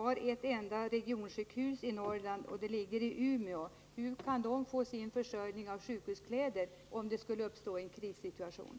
Norrland har ett enda regionsjukhus, i Umeå. Hur klarar man där försörjningen med sjukhuskläder, om det skulle uppstå en krissituation?